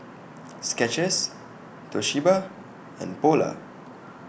Skechers Toshiba and Polar